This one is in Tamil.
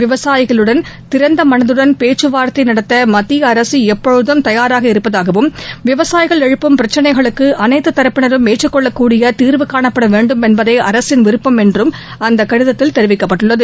விவசாயிகளுடன் திறந்த மனதுடன் பேச்சுவார்த்தை நடத்த மத்திய அரசு எப்போதும் தயாராக இருப்பதாகவும் விவசாயிகள் எழுப்பும் பிரச்சினைகளுக்கு அனைத்து தரப்பினரும் ஏற்றுக்கொள்ளக் கூடிய தீர்வு காணப்பட வேண்டும் என்பதே அரசின் விருப்பம் என்றும் அந்த கடிதத்தில் தெரிவிக்கப்பட்டுள்ளது